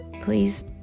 please